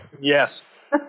Yes